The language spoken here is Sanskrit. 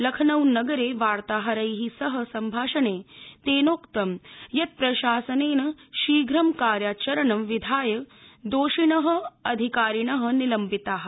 लखनऊ नगरे वार्ताहरै सह सम्भाषणे तेनोक्तं यत् प्रशासनेन शीघ्रं कार्याचरणं विधाय दोषिण अधिकारिण निलम्बिता